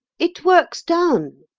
it works down,